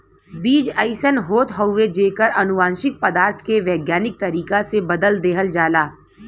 बीज अइसन होत हउवे जेकर अनुवांशिक पदार्थ के वैज्ञानिक तरीका से बदल देहल जाला